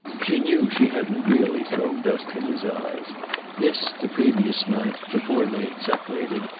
she knew she hadn't really thrown dust in his eyes this, the previous night, before they separated,